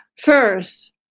First